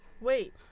wait